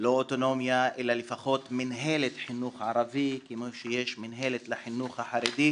לא אוטונומיה אלא לפחות מנהלת חינוך ערבי כמו שיש מנהלת לחינוך החרדי,